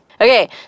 Okay